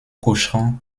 cochran